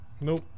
Nope